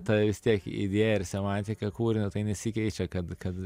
tai vis tiek į vėją ir semantiką kūrė tai nesikeičia kad kad